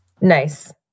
Nice